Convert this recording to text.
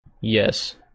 Yes